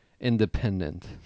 independent